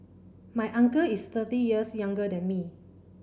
my uncle is thirty years younger than me